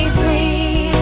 free